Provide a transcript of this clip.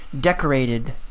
decorated